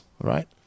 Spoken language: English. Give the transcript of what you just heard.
right